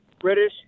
British